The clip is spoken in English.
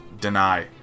Deny